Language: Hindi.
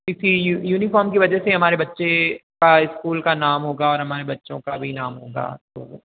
क्योंकि यूनिफॉर्म की वजह से हमारे बच्चे का स्कूल का नाम होगा और हमारे बच्चों का भी नाम होगा तो